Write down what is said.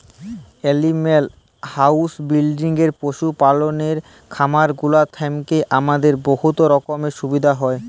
animal husbandry পশু পাললের খামারগুলা থ্যাইকে আমাদের বহুত রকমের সুবিধা হ্যয়